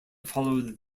followed